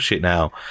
now